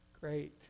great